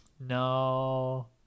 No